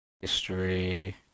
History